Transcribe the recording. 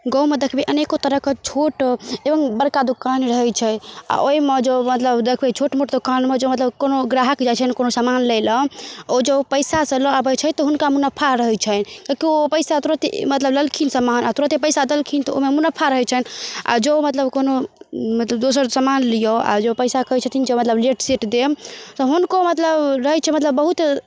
गाँवमे देखबै अनेको तरहके छोट एवम बड़का दोकान रहैत छै आ ओहिमे जो मतलब देखबै छोट मोट दोकानमे जौ मतलब कोनो ग्राहक जाइत छैन कोनो सामान लै लऽ ओ जो पैसासँ लऽ आबैत छै तऽ हुनका मुनाफा रहैत छै किएकी ओ पैसा तुरते मतलब लेलखिन सामान आओर तुरते पैसा देलखिन तऽ ओहिमे मुनाफा रहैत छैन आ जँ मतलब कोनो मतलब दोसर समान लिऔ आ जँ पैसा कहैत छथिन जे मतलब लेट सेट देम तऽ हुनको मतलब रहैत छै मतलब बहुत